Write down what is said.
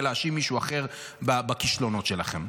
ולהאשים מישהו אחר בכישלונות שלכם.